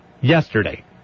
Yesterday